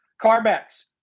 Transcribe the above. CarMax